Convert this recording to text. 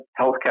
healthcare